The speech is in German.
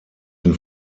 den